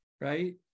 Right